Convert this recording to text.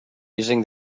using